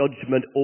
judgment